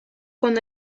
con